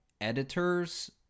editors